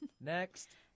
Next